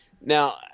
Now